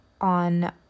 on